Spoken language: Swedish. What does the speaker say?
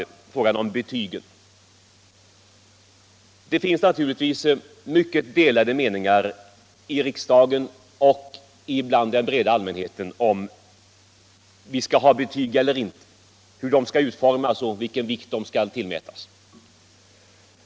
Det är frågan om betygen. I riksdagen och hos den stora allmänheten råder naturligtvis mycket delade meningar om huruvida vi skall ha betyg eller inte, hur betygen i så fall skall utformas och vilken vikt de skall tillmätas.